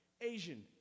Asian